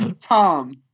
Tom